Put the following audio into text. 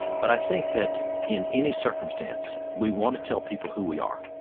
but i think that in any circumstance we want to tell people who we are.